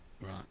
Right